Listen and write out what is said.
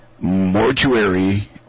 mortuary